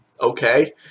Okay